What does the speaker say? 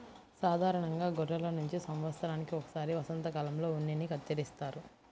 సాధారణంగా గొర్రెల నుంచి సంవత్సరానికి ఒకసారి వసంతకాలంలో ఉన్నిని కత్తిరిస్తారు